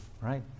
right